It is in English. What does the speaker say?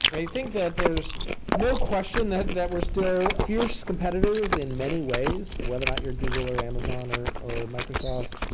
i think that there's no question that that we're still fiercest competitors in many ways, whether or not you're google or amazon or or microsoft.